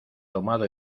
tomado